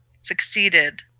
succeeded